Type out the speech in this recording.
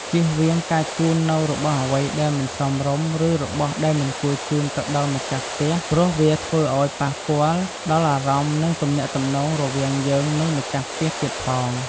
ជៀសវៀងការជូននូវរបស់អ្វីដែលមិនសមរម្យឬរបស់ដែលមិនគួរជូនទៅដល់ម្ចាស់ផ្ទះព្រោះវាធ្វើឲ្យប៉ះពាល់ដល់អារម្មណ៏និងទំនាក់ទំនងរវាងយើងនិងម្ចាស់ផ្ទះទៀតផង។